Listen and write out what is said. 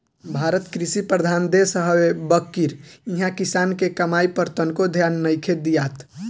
भारत कृषि प्रधान देश हवे बाकिर इहा किसान के कमाई पर तनको ध्यान नइखे दियात